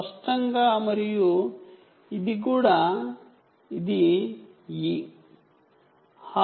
స్పష్టంగా మరియు ఇది కూడా ఇది E